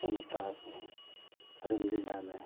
भजन होता है इसमें रामलीला में